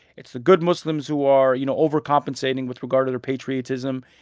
it's the good muslims who are, you know, overcompensating with regard to their patriotism.